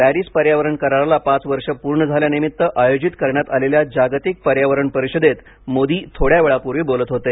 Paris पर्यावरण कराराला पाच वर्ष पूर्ण झाल्यानिमित्त आयोजित करण्यात आलेल्या जागतिक पर्यावरण परिषदेत मोदी थोड्यावेळापूर्वी बोलत होते